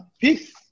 peace